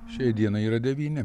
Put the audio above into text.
šiai dienai yra devyni